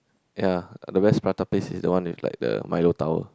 ya the best prata place is the one with like the milo tower